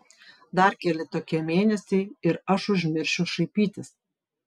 dar keli tokie mėnesiai ir aš užmiršiu šaipytis